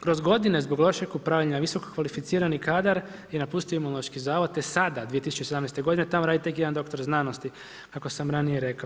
Kroz godine zbog lošeg upravljanja visoko kvalificirani kadar je napustio Imunološki zavod te sada 2017. godine tamo radi tek jedan doktor znanosti kako sam ranije rekao.